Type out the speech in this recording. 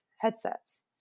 headsets